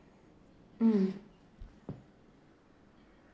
mm